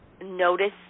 notice